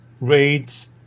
raids